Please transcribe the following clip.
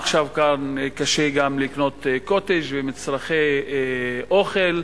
עכשיו קשה גם לקנות "קוטג'" ומצרכי אוכל.